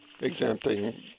exempting